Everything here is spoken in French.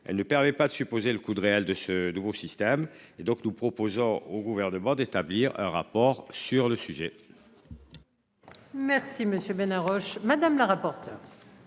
Elle ne permet pas de supposer le coude Real de ce nouveau système et donc nous proposons au gouvernement d'établir un rapport sur le sujet.